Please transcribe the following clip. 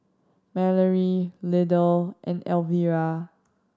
Mallory Lydell and Elvira